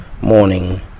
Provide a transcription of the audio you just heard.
Morning